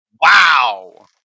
Wow